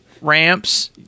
ramps